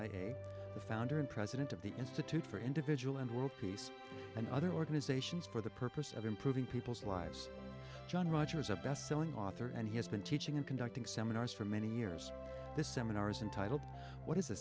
the founder and president of the institute for individual and world peace and other organizations for the purpose of improving people's lives john rogers a bestselling author and he has been teaching and conducting seminars for many years the seminars and titled what is a